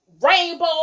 rainbow